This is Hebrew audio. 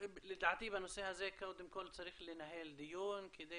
לדעתי בנושא הזה קודם כל צריך לנהל דיון כדי